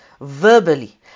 verbally